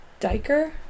Diker